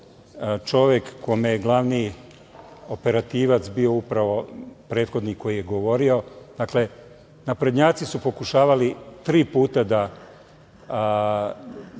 čovek kome je glavni operativac bio upravo prethodnik koji je govorio. Dakle, naprednjaci su pokušavali tri puta da